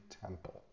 temple